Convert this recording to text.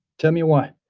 tell me why?